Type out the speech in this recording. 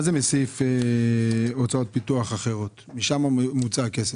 מה זה "מסעיף הוצאות פיתוח אחרות" משם הוצא הכסף?